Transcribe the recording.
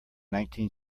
nineteen